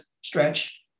stretch